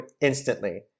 instantly